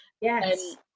Yes